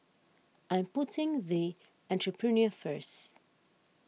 I'm putting the Entrepreneur First